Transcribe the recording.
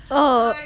oh